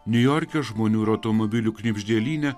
niujorke žmonių ir automobilių knibždėlyne